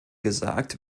gesagt